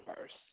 first